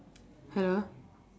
hello